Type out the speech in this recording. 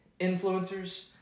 influencers